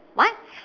what